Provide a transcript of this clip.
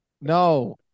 No